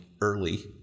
early